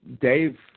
Dave